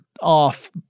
off